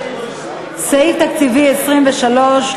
סעיף תקציבי 23,